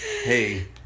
hey